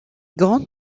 grant